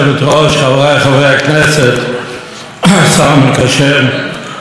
השר המקשר ידידי השר לוין,